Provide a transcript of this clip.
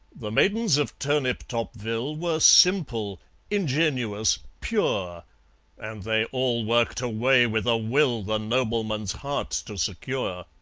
the maidens of turniptopville were simple ingenuous pure and they all worked away with a will the nobleman's heart to secure.